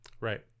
Right